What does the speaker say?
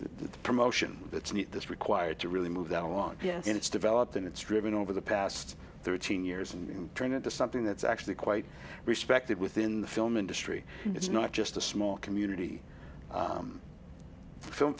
the promotion that's neat that's required to really move that along yes it's developed and it's driven over the past thirteen years and turned into something that's actually quite respected within the film industry and it's not just a small community film